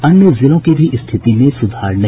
अन्य जिलों की भी स्थिति में सुधार नहीं